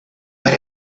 but